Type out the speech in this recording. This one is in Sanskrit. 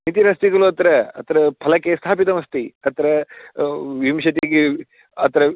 नितिरस्ति खलु अत्र अत्र फलके स्थापितमस्ति तत्र विंशतिः अत्र